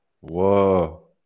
Whoa